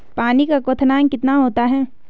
पानी का क्वथनांक कितना होता है?